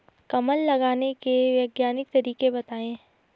कमल लगाने के वैज्ञानिक तरीके बताएं?